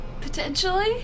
Potentially